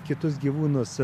kitus gyvūnus